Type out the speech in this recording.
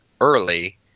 early